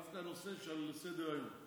דווקא בנושא שעל סדר-היום,